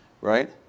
right